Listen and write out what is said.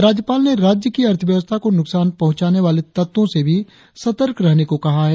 राज्यपाल ने राज्य की अर्थव्यवस्था को नुकसान पहुचाने वाले तत्वो से भी सतर्क रहने को कहा है